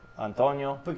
Antonio